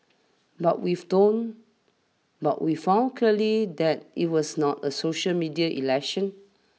but we've tone but we've found clearly that it was not a social media election